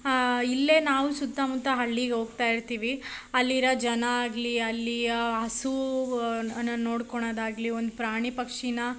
ಇಲ್ಲೇ ನಾವು ಸುತ್ತಮುತ್ತ ಹಳ್ಳಿಗೆ ಹೋಗ್ತಾ ಇರ್ತೀವಿ ಅಲ್ಲಿರೋ ಜನ ಆಗಲಿ ಅಲ್ಲಿ ಆ ಹಸು ಅನ್ನು ನೋಡ್ಕೊಳದಾಗ್ಲಿ ಒಂದು ಪ್ರಾಣಿ ಪಕ್ಷಿನ